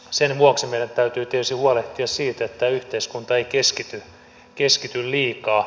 sen vuoksi meidän täytyy tietysti huolehtia siitä että tämä yhteiskunta ei keskity liikaa